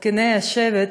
זקני השבט,